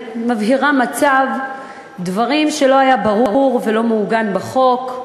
היא מבהירה מצב דברים שלא היה ברור ולא מעוגן בחוק.